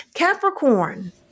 Capricorn